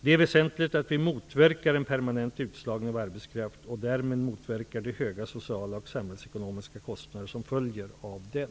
Det är väsentligt att vi motverkar en permanent utslagning av arbetskraft och därmed motverkar de höga sociala och samhällsekonomiska kostnader som följer av den.